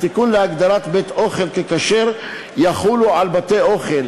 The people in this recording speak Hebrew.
התיקון להגדרת בית-אוכל ככשר יחול על בתי-אוכל